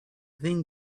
thing